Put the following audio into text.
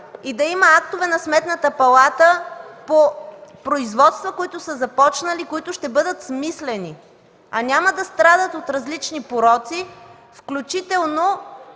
и да има актове на Сметната палата по производства, които са започнали и които ще бъдат смислени, а няма да страдат от различни пороци, включително